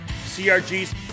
CRG's